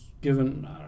given